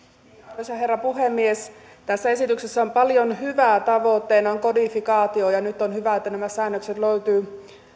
arvoisa herra puhemies tässä esityksessä on paljon hyvää tavoitteena on kodifikaatio ja nyt on hyvä että nämä säännökset löytyvät